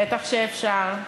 בטח שאפשר,